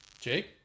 Jake